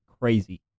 crazy